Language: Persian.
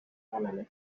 حالمه